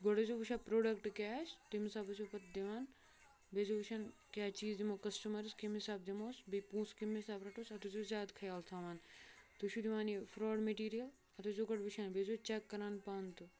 گۄڈٕ ٲسۍ زٮ۪و وٕچھان پروڈَکٹ کیاہ آسہِ تمہِ حِساب ٲسۍ زٮ۪و پَتہٕ دِوان بیٚیہِ ٲسۍ زٮ۪و وٕچھان کیاہ چیٖز دِمو کَسٹَمَرَس کمہِ حِساب دِموس بیٚیہِ پونٛسہٕ کمہِ حِساب رَٹوس تَتھ ٲسۍ زٮ۪و زیادٕ خیال تھاوان تُہۍ چھو دِوان یہِ فراڈ مٹیٖرِیَل اَتھ ٲسۍ زٮ۪و کۄڈٕ وٕچھان بیٚیہِ ٲسۍ زٮ۪و چیٚک کَران پانہِ تہِ